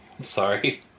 Sorry